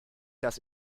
das